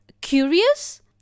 curious